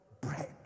bread